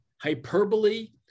hyperbole